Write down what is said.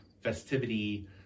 festivity